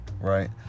right